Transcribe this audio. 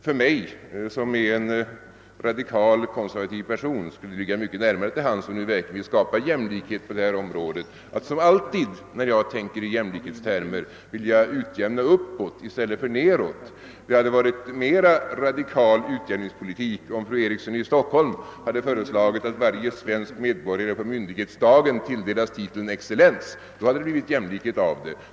För mig, som är en radikal, konservativ person, skulle det ligga mycket närmare till hands — om vi nu verkligen vill skapa jämlikhet på detta område — att som alltid när jag tänker i jämlikhetstermer vilja utjämna uppåt i stället för nedåt. Det hade varit en mer radikal utjämningspolitik om fru Nancy Eriksson i Stockholm hade föreslagit att varje svensk medborgare på myndighetsdagen skulle tilldelas titeln excellens. Då hade det blivit jämlikhet.